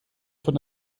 von